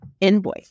invoice